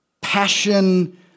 passion